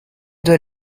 doit